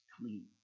clean